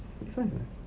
this one's nice